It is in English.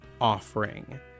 offering